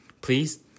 please